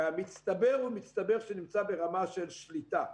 והמצטבר נמצא ברמה של שליטה.